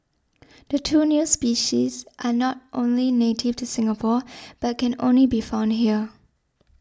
the two new species are not only native to Singapore but can only be found here